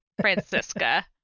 Francisca